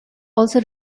also